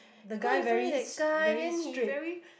go in front with that guy then he very